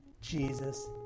Jesus